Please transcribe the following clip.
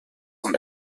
und